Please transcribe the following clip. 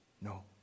no